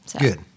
Good